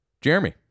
Jeremy